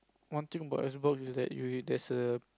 one thing about is that you there's a